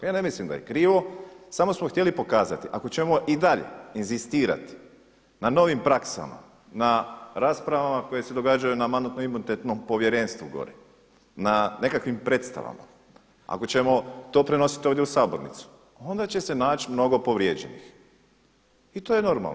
Ja ne mislim da je krivo, samo smo htjeli pokazati ako ćemo i dalje inzistirati na novim praksama, na raspravama koje se događaju na Mandatno-imunitetnom povjerenstvu gore, na nekakvim predstavama, ako ćemo to prenositi ovdje u sabornicu, a onda će se naći mnogo povrijeđenih i to je normalno.